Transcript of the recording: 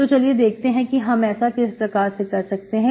तो चलिए देखते हैं कि हम ऐसा किस प्रकार कर सकते हैं